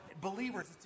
believers